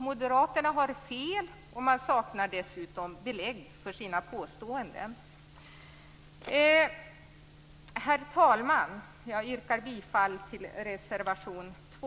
Moderaterna har fel, och de saknar dessutom belägg för sina påståenden. Herr talman! Jag yrkar bifall till reservation 2.